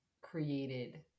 created